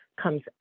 comes